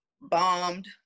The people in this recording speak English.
Bombed